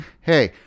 hey